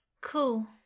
cool